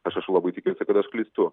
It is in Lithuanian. aš aišku labai tikiuosi kad aš klystu